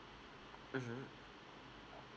mmhmm